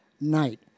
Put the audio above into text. night